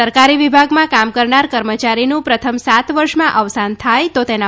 સરકારી વિભાગમાં કામ કરનાર કર્મચારીનું પ્રથમ સાત વર્ષમાં અવસાન થાય તો તેના